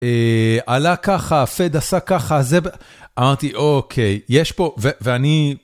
עלה ככה, פד עשה ככה, אמרתי אוקיי, יש פה ואני.